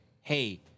hey